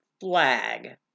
flag